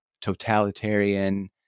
totalitarian